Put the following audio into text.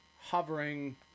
hovering